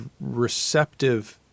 receptive